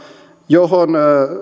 johon